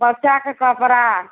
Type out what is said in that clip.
बच्चाके कपड़ा